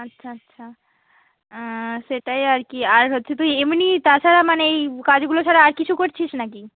আচ্ছা আচ্ছা সেটাই আর কি আর হচ্ছে তুই এমনি তাছাড়া মানে এই কাজগুলো ছাড়া আর কিছু করছিস না কি